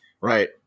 Right